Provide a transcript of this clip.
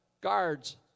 guards